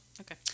okay